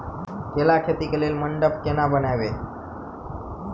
करेला खेती कऽ लेल मंडप केना बनैबे?